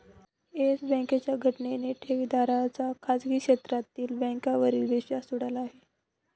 yes बँकेच्या घटनेने ठेवीदारांचा खाजगी क्षेत्रातील बँकांवरील विश्वास उडाला आहे